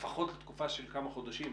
לפחות לתקופה של כמה חודשים.